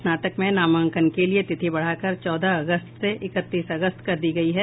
स्नातक में नामांकन के लिए तिथि बढ़ाकर चौदह अगस्त से इकतीस अगस्त तक कर दी गयी है